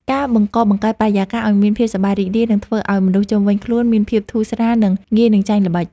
ការបង្កបង្កើតបរិយាកាសឱ្យមានភាពសប្បាយរីករាយនឹងធ្វើឱ្យមនុស្សជុំវិញខ្លួនមានភាពធូរស្រាល និង ងាយនឹងចាញ់ល្បិច។